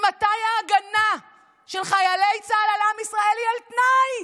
ממתי ההגנה של חיילי צה"ל על עם ישראל היא על תנאי?